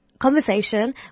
Conversation